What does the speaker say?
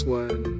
one